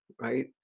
right